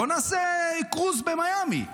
בוא נעשה קרוז במיאמי,